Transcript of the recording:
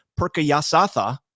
Perkayasatha